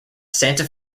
santa